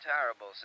Terrible